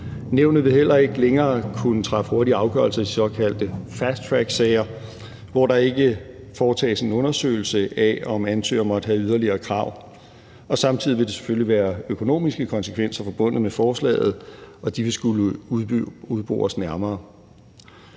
Nævnet vil heller ikke længere kunne træffe hurtige afgørelser i såkaldte fastracksager, hvor der ikke foretages en undersøgelse af, om ansøgeren måtte have yderligere krav. Samtidig vil der selvfølgelig være økonomiske konsekvenser forbundet med forslaget, og de vil skulle udbores nærmere.